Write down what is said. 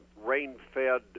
rain-fed